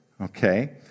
Okay